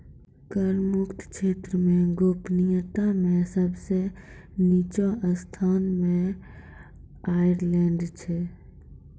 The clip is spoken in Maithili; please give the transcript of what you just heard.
कर मुक्त क्षेत्र मे गोपनीयता मे सब सं निच्चो स्थान मे आयरलैंड छै